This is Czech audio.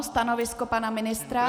Stanovisko pana ministra?